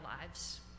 lives